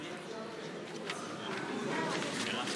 אדוני היושב-ראש, חברי